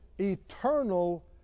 eternal